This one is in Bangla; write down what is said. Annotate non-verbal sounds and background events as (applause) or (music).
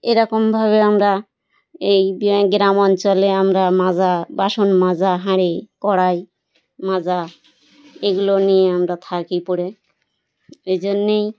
এ রকমভাবে আমরা এই (unintelligible) গ্রাম অঞ্চলে আমরা মাজা বাসন মাজা হাঁড়ি কড়াই মাজা এগুলো নিয়ে আমরা থাকি পড়ে এই জন্যই